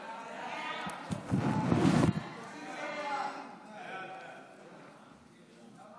הצעת ועדת הכנסת בדבר הרכב ועדת העבודה,